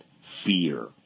fear